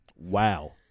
Wow